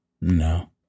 No